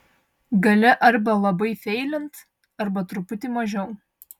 gali arba labai feilint arba truputį mažiau